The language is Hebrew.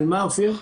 מה, אופיר?